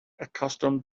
accustomed